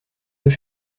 deux